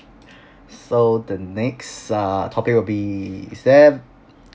so the next err topic will be is there